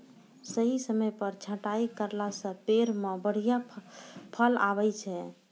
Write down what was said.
सही समय पर छंटाई करला सॅ पेड़ मॅ बढ़िया फल आबै छै